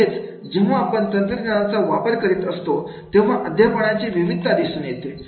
म्हणजेच जेव्हा आपण तंत्रज्ञानाचा वापर करत असतो तेव्हा अध्यापनामध्ये विविधता दिसून येते